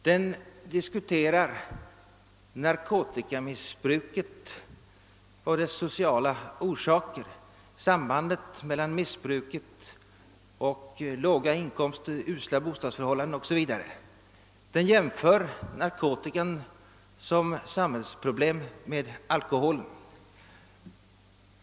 Den diskuterar narkotikamissbruket och dess sociala orsaker, sambandet mellan missbruket och låga inkomster, usla bostadsförhållanden o.s.v. Den jämför narkotikan som samhällsproblem med alkoholen.